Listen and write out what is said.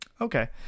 Okay